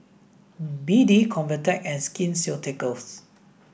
B D Convatec and Skin Ceuticals